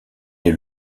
est